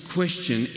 question